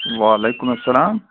وعلیکُم اسلام